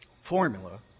formula